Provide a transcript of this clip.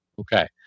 Okay